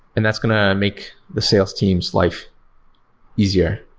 and that's going to make the sales team's life easier.